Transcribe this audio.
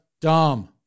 dumb